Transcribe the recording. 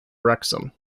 wrexham